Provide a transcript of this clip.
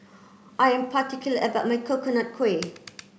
I am particular about my Coconut Kuih